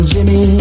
Jimmy